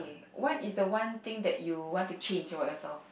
what is the one thing that you want to change about yourself